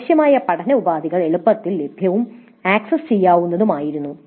ആവശ്യമായ പഠന ഉപാധികൾ എളുപ്പത്തിൽ ലഭ്യവും ആക്സസ് ചെയ്യാവുന്നതുമായിരുന്നു